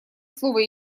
слово